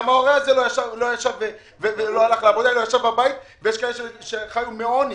גם ההורה הזה לא הלך לעבודה וישב בבית ויש כאלה שהגיעו לעוני